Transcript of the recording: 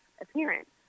appearance